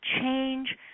change